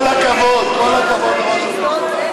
כל הכבוד, כל הכבוד לראש הממשלה.